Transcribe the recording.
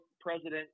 President